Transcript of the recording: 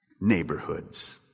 neighborhoods